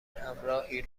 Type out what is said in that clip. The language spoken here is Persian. همراهی